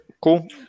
cool